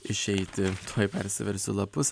išeiti tuoj persiversiu lapus